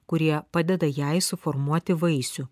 kurie padeda jai suformuoti vaisių